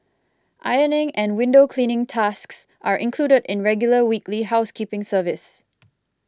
ironing and window cleaning tasks are included in regular weekly housekeeping service